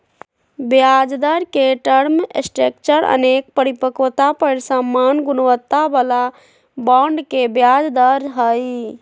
ब्याजदर के term structure अनेक परिपक्वता पर समान गुणवत्ता बला बॉन्ड के ब्याज दर हइ